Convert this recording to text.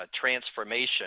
transformation